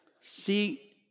See